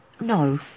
no